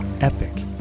epic